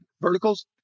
verticals